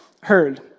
heard